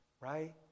Right